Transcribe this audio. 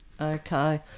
Okay